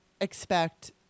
expect